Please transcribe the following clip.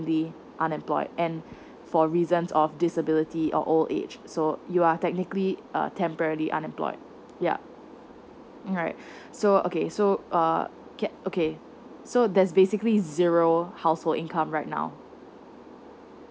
unemployed and for reasons of disability or old age so you are technically a temporary unemployed yup all right so okay so uh get okay so that's basically zero household income right now